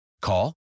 Call